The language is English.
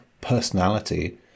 personality